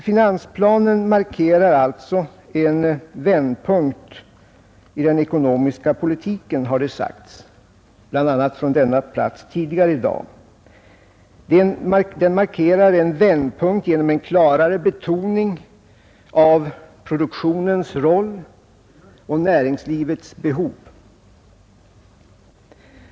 Finansplanen markerar en vändpunkt i den ekonomiska politiken, har det sagts, bl.a. från kammarens talarstol tidigare i dag. Den markerar en vändpunkt genom en klarare betoning av produktionens roll och näringslivets behov.